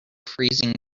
freezing